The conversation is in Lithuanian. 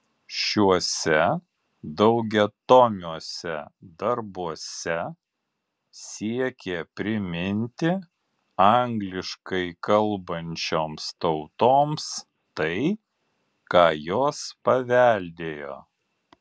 šiuose daugiatomiuose darbuose siekė priminti angliškai kalbančioms tautoms tai ką jos paveldėjo